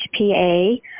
HPA